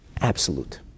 Absolute